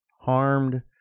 harmed